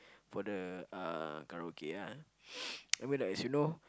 for the uh karaoke ah I mean like as you know